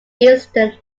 eastern